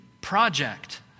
project